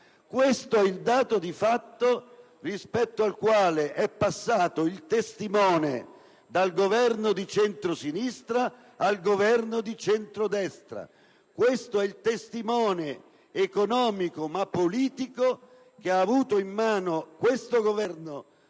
Questo è il dato di fatto rispetto al quale è passato il testimone dal Governo di centrosinistra al Governo di centrodestra. Questo è il testimone economico, ma anche politico, che ha avuto in mano questo Governo